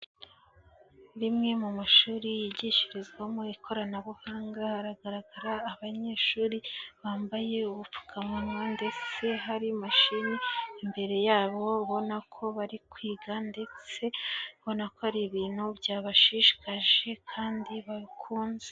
Rimwe mu mashuri yigishirizwamo ikoranabuhanga hagaragara abanyeshuri bambaye ubupfukamunwa ndetse hari mashini imbere yabo ubona ko bari kwiga ndetse ubonako ari ibintu byabashishikaje kandi bakunze.